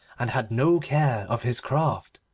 and had no care of his craft.